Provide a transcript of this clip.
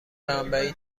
بمبئی